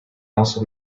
also